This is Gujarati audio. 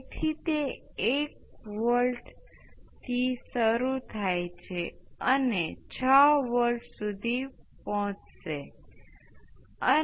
તેથી આના ઉપરથી આપણે ટાઈમ કોંસ્ટંટ ને I 1 અને I 2 બંને ની સાથે લખી શકીએ છીએ